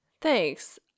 Thanks